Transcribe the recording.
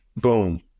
boom